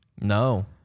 No